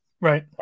Right